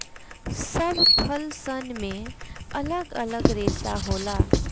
सब फल सन मे अलग अलग रेसा होला